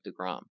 deGrom